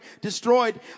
destroyed